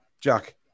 Jack